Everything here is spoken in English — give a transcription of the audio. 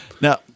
now